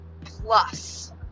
plus